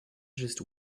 just